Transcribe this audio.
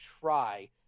try